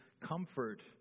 comfort